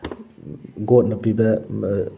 ꯒꯣꯠꯅ ꯄꯤꯕ